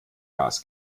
gas